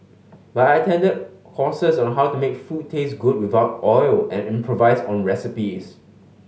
but I attended courses on how to make food taste good without oil and improvise on recipes